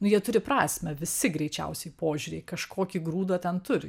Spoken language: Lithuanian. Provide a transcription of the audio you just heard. nu jie turi prasmę visi greičiausiai požiūriai kažkokį grūdą ten turi